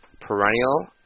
perennial